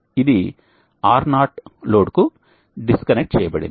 ఇది R0 లోడ్కు disconnect చేయబడింది